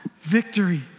victory